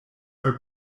are